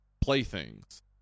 playthings